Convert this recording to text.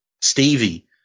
Stevie